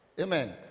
Amen